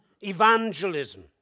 evangelism